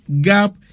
gap